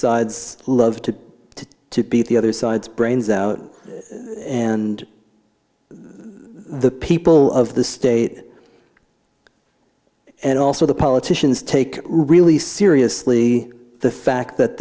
sides love to to beat the other side's brains out and the people of the state and also the politicians take really seriously the fact that